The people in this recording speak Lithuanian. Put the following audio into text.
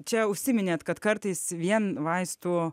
čia užsiminėte kad kartais vien vaistų